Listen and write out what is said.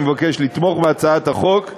אני מבקש לתמוך בהצעת החוק ולהעבירה,